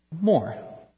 more